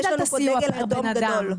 יש לנו פה דגל אדום גדול.